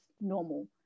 normal